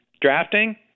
drafting